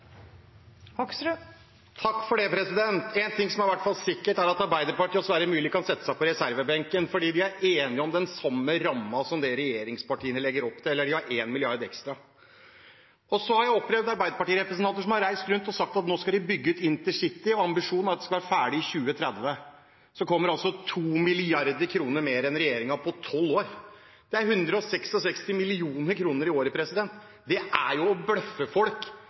sikkert, er at Arbeiderpartiet og Sverre Myrli kan sette seg på reservebenken, for vi er enige om den samme rammen som det regjeringspartiene legger opp til, men vi har 1 mrd. kr ekstra. Jeg har opplevd Arbeiderparti-representanter som har reist rundt og sagt at nå skal de bygge ut intercity, og ambisjonen er at det skal være ferdig i 2030. Og så kommer det 2 mrd. kr mer enn regjeringen på tolv år – det er 166 mill. kr i året. Det er å bløffe folk